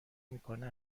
میکنه